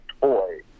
toy